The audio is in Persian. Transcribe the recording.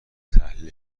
تحلیل